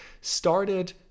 started